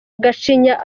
gacinya